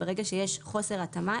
ברגע שיש חוסר התאמה,